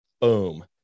boom